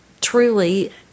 truly